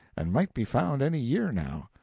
and might be found any year, now.